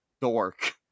dork